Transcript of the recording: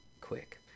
Quick